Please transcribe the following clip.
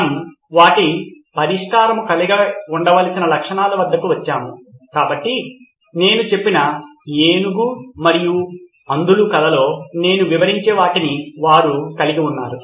మనము వాటి పరిష్కారం కలిగి ఉండవలసిన లక్షణాల వద్దకు వచ్చాము కాబట్టి నేను చెప్పిన ఏనుగు మరియు అంధులు కథలో నేను వివరించే వాటిని వారు కలిగి ఉన్నారు